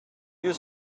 you